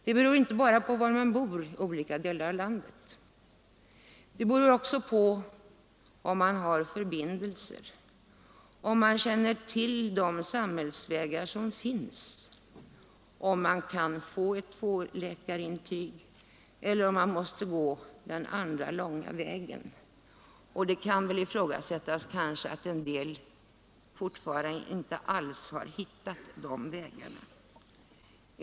Det beror inte bara på var man bor i landet, hur ens fall bedöms, det beror också på om man har förbindelser och om man känner till de sam hällsvägar som finns, om man skall få ett tvåläkarintyg eller om man måste gå den andra långa vägen. Det kan ifrågasättas om det inte är en hel del kvinnor som ännu inte har hittat de här vägarna.